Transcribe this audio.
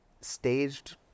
staged